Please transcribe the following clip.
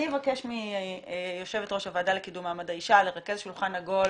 אני אבקש מיושבת ראש הוועדה לקידום מעמד האישה לרכז שולחן עגול